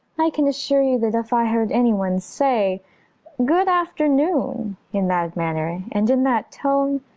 i can assure you that if i heard anyone say good afternoon in that manner and in that tone,